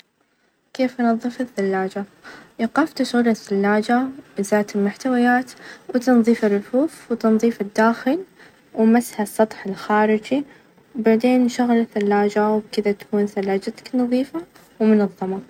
خطوات تغيير إطار السيارة، أول شي تغيير السيارة نحتاج أدوات رافعة ،مفتاح العجل ،إطار احتياطي، ومثلث الأمان عشان سلامتنا، بعدين نبدأ بالخطوات كيف نفكك العجلات ،رفع السيارات ،وإزالة الإطار ،وبكذا نصلح السيارة.